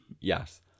Yes